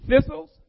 thistles